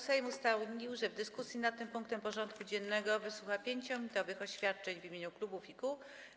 Sejm ustalił, że w dyskusji nad tym punktem porządku dziennego wysłucha 5-minutowych oświadczeń w imieniu klubów i kół.